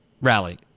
rally